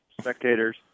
spectators